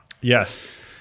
Yes